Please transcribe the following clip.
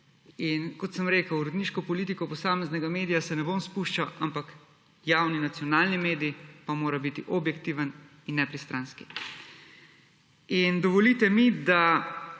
in kot sem rekel v uredniško politiko posameznega medija se ne bom spuščal, ampak javni nacionalni medij pa mora biti objektiven in nepristranski. Dovolite mi, da